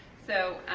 so,